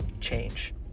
change